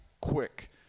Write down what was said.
quick